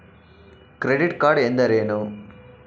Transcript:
Credit card ಎಂದರೇನು?